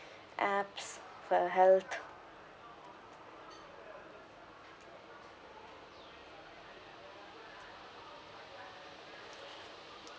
apps for health